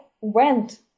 went